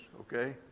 okay